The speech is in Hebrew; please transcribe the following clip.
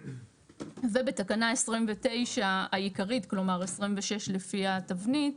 ובתקנה 29 העיקרית, כלומר 26 לפי התבנית,